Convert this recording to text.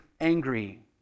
angry